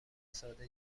ساده